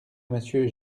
monsieur